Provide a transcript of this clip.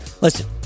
listen